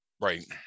right